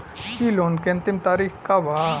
इ लोन के अन्तिम तारीख का बा?